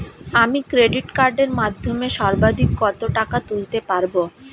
আমি ক্রেডিট কার্ডের মাধ্যমে সর্বাধিক কত টাকা তুলতে পারব?